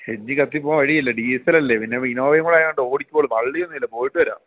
engine കത്തിപോകാൻ വഴിയില്ല diesel അല്ലേ പിന്നെ ഇന്നോവയു കൂടെ ആയത് കൊണ്ട് ഓടികോളും വള്ളിയൊന്നും ഇല്ല പോയിട്ട് വരാം